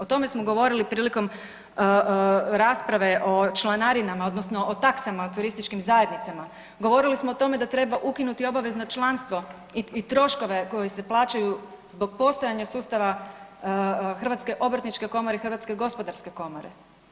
O tome smo govorili prilikom rasprave o članarinama odnosno o taksama o turističkim zajednicama, govorili smo o tome da treba ukinuti obavezno članstvo i troškove koji se plaćaju zbog postojanja sustava Hrvatske obrtničke komore i Hrvatske gospodarske komore.